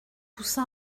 poussa